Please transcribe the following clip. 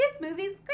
movie's